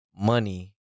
Money